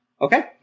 Okay